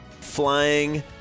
flying